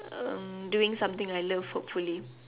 um doing something I love hopefully